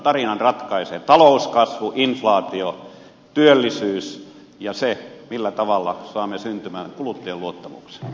tarinan ratkaisee talouskasvu inflaatio työllisyys ja se millä tavalla saamme syntymään kuluttajien luottamuksen